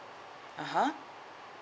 (uh huh)